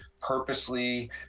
purposely